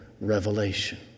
revelation